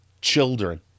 children